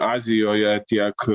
azijoje tiek